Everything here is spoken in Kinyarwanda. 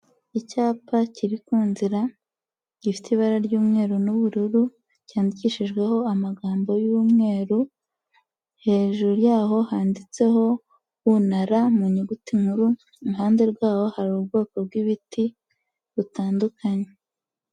Icyapa kiri ku nzira gifite ibara ry'umweru n'ubururu, cyandikishijweho amagambo y'umweru, hejuru y'aho handitseho U na R mu nyuguti nkuru, iruhande rwaho hari ubwoko bw'ibiti butandukanye.